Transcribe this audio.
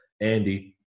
Andy